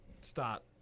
start